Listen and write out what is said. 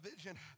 vision